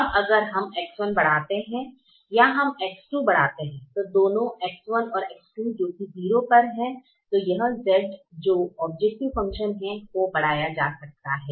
अब अगर हम X1 बढ़ाते हैं या हम X2 बढ़ाते हैं दोनों X1 और X2 जो की 0 पर हैं तो यह Z जो ऑब्जेक्टिव फंक्शन है को बढ़ाया जा सकता है